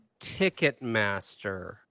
Ticketmaster